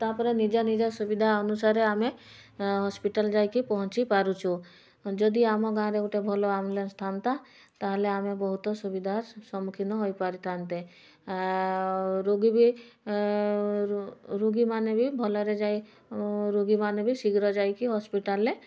ତା'ପରେ ନିଜ ନିଜ ସୁବିଧା ଅନୁସାରେ ଆମେ ହସ୍ପିଟାଲ୍ ଯାଇକି ପହଞ୍ଚି ପାରୁଛୁ ଯଦି ଆମ ଗାଁ'ରେ ଗୋଟେ ଭଲ ଆମ୍ବୁଲାନ୍ସ ଥାଆନ୍ତା ତା'ହେଲେ ଆମେ ବହୁତ ସୁବିଧା ସମ୍ମୁଖୀନ ହୋଇପାରିଥା'ନ୍ତେ ଆଉ ରୋଗୀ ବି ରୋଗୀମାନେ ବି ଭଲରେ ଯାଇ ରୋଗୀମାନେ ବି ଶୀଘ୍ର ଯାଇକି ହସ୍ପିଟାଲ୍ରେ